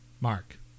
Mark